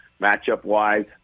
matchup-wise